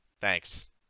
thanks